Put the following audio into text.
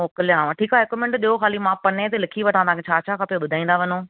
मोकिलियांव ठीकु आहे हिकु मिंट ॾियो ख़ाली मां पन्ने ते लिखी वठां तव्हांखे छा छा खपेव ॿुधाईंदा वञो